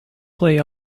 play